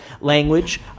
language